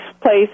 place